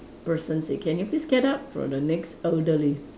person say can you please get up for the next elderly